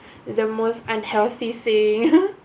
the most unhealthy thing